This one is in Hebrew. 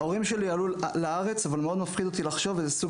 ההורים שלי עלו לארץ אבל מאוד מפחיד אותי לחשוב איזה סוג